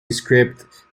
script